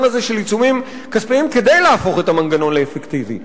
הזה של עיצומים כספיים כדי להפוך את המנגנון לאפקטיבי.